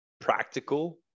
practical